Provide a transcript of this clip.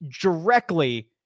directly